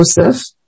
Joseph